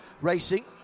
Racing